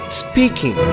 speaking